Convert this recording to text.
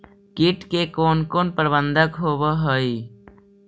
किट के कोन कोन प्रबंधक होब हइ?